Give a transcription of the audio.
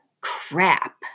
crap